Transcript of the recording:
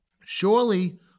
Surely